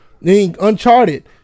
Uncharted